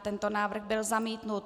Tento návrh byl zamítnut.